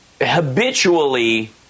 habitually